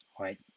right